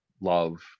love